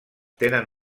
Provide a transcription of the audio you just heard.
tenen